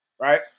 right